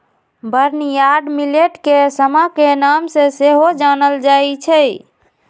barnyard millet के समा के नाम से सेहो जानल जाइ छै